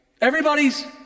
Everybody's